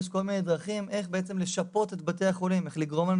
יש כל מיני דרכים איך לשפות את בתי החולים ולגרום להם